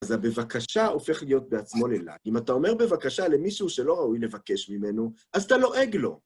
אז הבבקשה הופך להיות בעצמו ללעג. אם אתה אומר בבקשה למישהו שלא ראוי לבקש ממנו, אז אתה לועג לו.